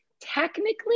Technically